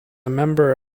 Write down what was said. member